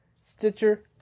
Stitcher